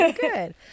good